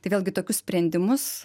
tai vėlgi tokius sprendimus